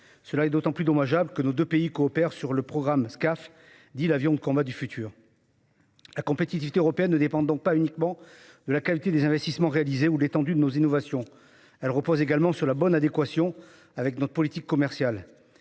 C'est d'autant plus dommageable que nos deux pays coopèrent sur le programme Scaf, le système de combat aérien du futur. La compétitivité européenne ne dépend donc pas uniquement de la qualité des investissements réalisés ou de l'étendue de nos innovations ; elle repose également sur leur bonne adéquation avec notre politique commerciale.